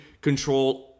control